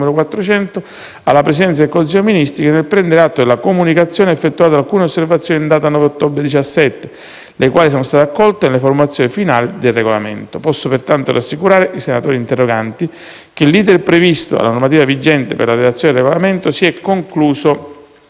alla Presidenza del Consiglio dei ministri, che, nel prendere atto della comunicazione, ha effettuato alcune osservazioni in data 9 ottobre 2017, le quali sono state accolte nella formulazione finale del regolamento. Posso, pertanto, rassicurare i senatori interroganti che l'*iter* previsto dalla normativa vigente per la redazione del regolamento si è concluso